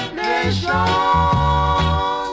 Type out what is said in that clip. nation